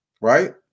Right